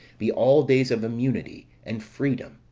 be all days of immunity and freedom,